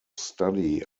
study